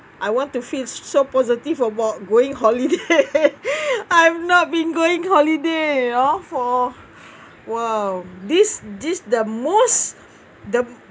I want to feel so positive about going holiday I've not been going holiday you know for !wow! this this the most the